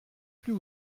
plus